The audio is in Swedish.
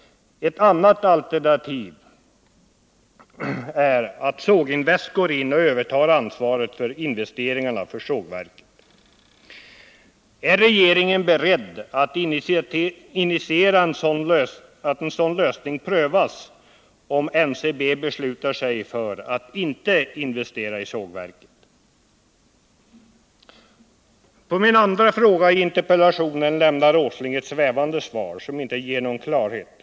Ett annat alternativ är att Såginvest går in och övertar ansvaret för investeringarna i sågverket. Är regeringen beredd att initiera att en sådan lösning prövas, om NCB beslutar sig för att inte investera i sågverket? På min andra fråga i interpellationen lämnar industriminister Åsling ett svävande svar, som inte ger någon klarhet.